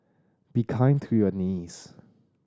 be kind to your knees